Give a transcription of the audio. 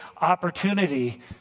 opportunity